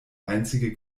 einzige